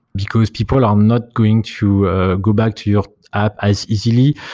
because people i'm not going to go back to your app as easily.